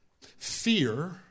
Fear